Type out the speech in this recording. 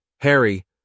Harry